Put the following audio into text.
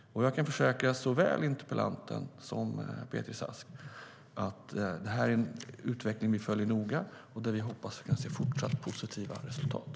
Jag kan försäkra såväl interpellanten som Beatrice Ask att vi följer utvecklingen noga och hoppas kunna se fortsatt positiva resultat.